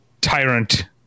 tyrant